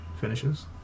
finishes